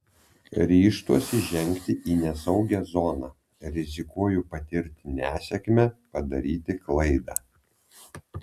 ryžtuosi žengti į nesaugią zoną rizikuoju patirti nesėkmę padaryti klaidą